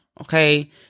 okay